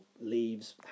leaves